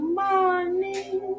morning